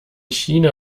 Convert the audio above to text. china